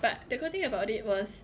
but the good thing about it was